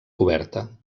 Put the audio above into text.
coberta